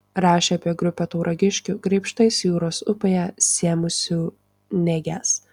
rašė apie grupę tauragiškių graibštais jūros upėje sėmusių nėges